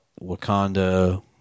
Wakanda